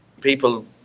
People